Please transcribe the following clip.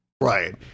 Right